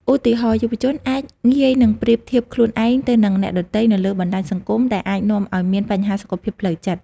ឧទាហរណ៍ យុវជនអាចងាយនឹងប្រៀបធៀបខ្លួនឯងទៅនឹងអ្នកដទៃនៅលើបណ្តាញសង្គម ដែលអាចនាំឱ្យមានបញ្ហាសុខភាពផ្លូវចិត្ត។